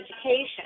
education